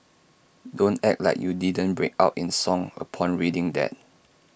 don't act like you didn't break out in song upon reading that